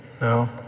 No